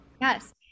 Yes